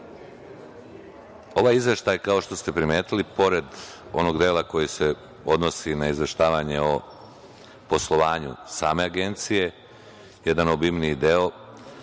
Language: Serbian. izveštaj, kao što ste primetili, pored onog dela koji se odnosi na izveštavanje o poslovanju same Agencije, jedan obimniji deo,